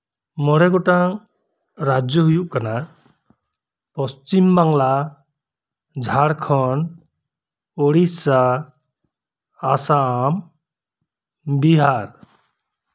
ᱢᱚᱬᱮ ᱜᱚᱴᱟᱝ ᱨᱟᱡᱡᱚ ᱦᱩᱭᱩᱜ ᱠᱟᱱᱟ ᱯᱚᱥᱪᱷᱤᱢ ᱵᱟᱝᱞᱟ ᱡᱷᱟᱲᱠᱷᱚᱱᱰ ᱩᱲᱤᱥᱥᱟ ᱟᱥᱟᱢ ᱵᱤᱦᱟᱨ